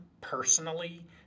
personally